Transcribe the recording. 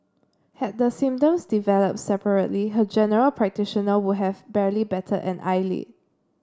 had the symptoms developed separately her general practitioner would have barely batted an eyelid